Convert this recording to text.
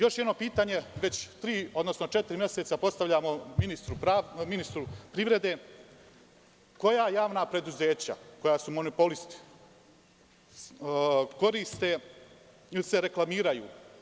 Još jedno pitanje koje već tri, odnosno četiri meseca postavljamo ministru privrede – koja javna preduzeća, koja su monopolisti, koriste ili se reklamiraju?